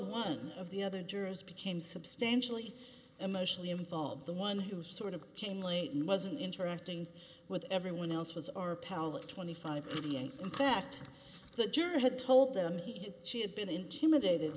one of the other jurors became substantially emotionally involved the one who sort of came late and wasn't interacting with everyone else was our appellate twenty five in fact the juror had told them he she had been intimidated